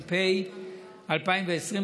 התש"ף 2020,